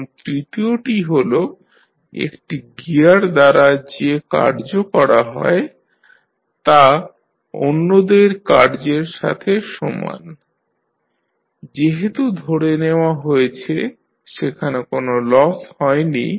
এখন তৃতীয়টি হল একটি গিয়ার দ্বারা যে কার্য করা হয় তা' অন্যদের কার্যের সাথে সমান যেহেতু ধরে নেওয়া হয়েছে সেখানে কোনো লস হয়নি